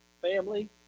family